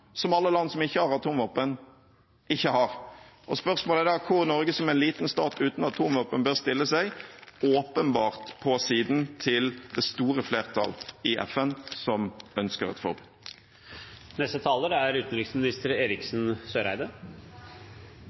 og alle andre stormakter stor makt, som alle land som ikke har atomvåpen, ikke har. Spørsmålet er da hvor Norge, som er en liten stat uten atomvåpen, bør stille seg – åpenbart på siden til det store flertallet i FN, som ønsker et forbud.